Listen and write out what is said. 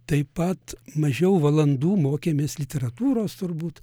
taip pat mažiau valandų mokėmės literatūros turbūt